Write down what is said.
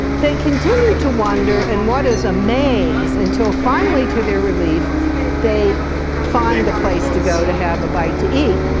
they continue to wander in and what is a maze until finally to their relief they find a place to go to have a bite to eat.